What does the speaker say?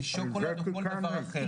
שוקולד או כל דבר אחר.